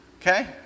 Okay